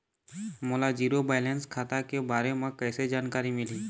मोला zero balance खाता के बारे म कैसे जानकारी मिलही?